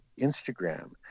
Instagram